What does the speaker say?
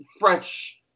fresh